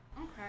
Okay